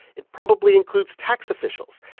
it probably includes tax officials.